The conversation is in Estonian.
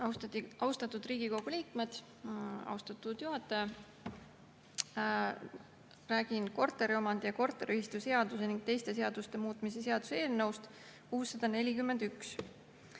Austatud Riigikogu liikmed! Austatud juhataja! Räägin korteriomandi- ja korteriühistuseaduse ning teiste seaduste muutmise seaduse eelnõust 641.